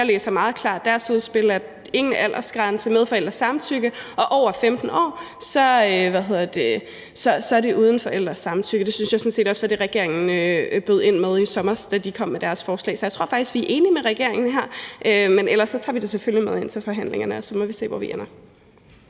skal være nogen aldersgrænse, at det skal være med forældrenes samtykke, og at hvis man er over 15 år, kan det foretages uden forældresamtykke. Det synes jeg sådan set også var det, regeringen bød ind med i sommer, da de kom med deres forslag. Så jeg tror faktisk, vi er enige med regeringen her. Men ellers tager vi det selvfølgelig med ind til forhandlingerne, og så må vi se, hvor vi ender.